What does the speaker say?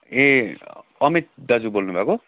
ए अमित दाजु बोल्नुभएको